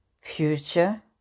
future